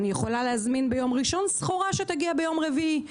אני יכולה להזמין ביום ראשון סחורה שתגיע ביום רביעי.